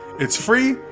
it's free,